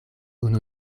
unu